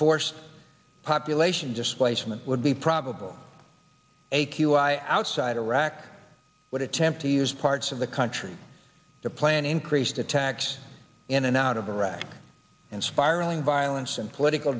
force population displacement would be probable a q i m outside iraq would attempt to use parts of the country to plan increased attacks in and out of iraq and spiraling violence and political